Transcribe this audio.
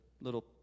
little